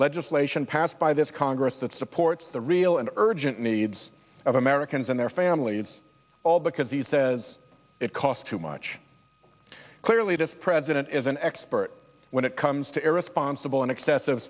legislation passed by this congress that supports the real and urgent needs of americans and their family it's all because he says it costs too much clearly the president is an expert when it comes to irresponsible and excessive